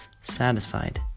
satisfied